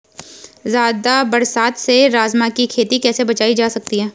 ज़्यादा बरसात से राजमा की खेती कैसी बचायी जा सकती है?